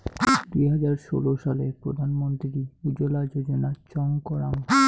দুই হাজার ষোলো সালে প্রধান মন্ত্রী উজ্জলা যোজনা চং করাঙ